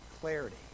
clarity